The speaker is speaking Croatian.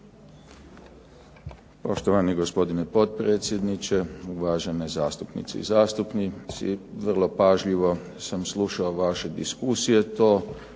Poštovani gospodine potpredsjedniče. Uvažene zastupnice i zastupnici. Vrlo pažljivo sam slušao vaše diskusije.